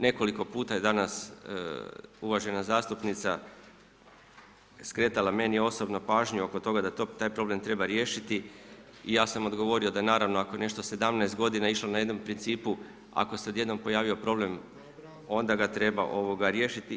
Nekoliko puta je danas uvažena zastupnica skretala meni osobno pažnju da taj problem treba riješiti i ja sam odgovorio da naravno, ako je nešto 17 godina išlo na jednom principu, ako se odjednom pojavio problem, onda ga treba riješiti.